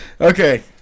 Okay